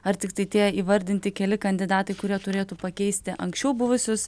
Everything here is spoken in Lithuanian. ar tiktai tie įvardinti keli kandidatai kurie turėtų pakeisti anksčiau buvusius